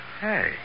Hey